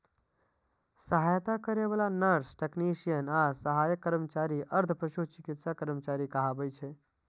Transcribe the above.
सहायता करै बला नर्स, टेक्नेशियन आ सहायक कर्मचारी अर्ध पशु चिकित्सा कर्मचारी कहाबै छै